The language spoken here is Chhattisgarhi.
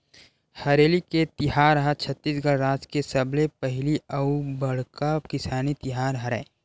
हरेली के तिहार ह छत्तीसगढ़ राज के सबले पहिली अउ बड़का किसानी तिहार हरय